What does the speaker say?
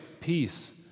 peace